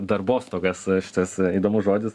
darbostogas tas įdomus žodis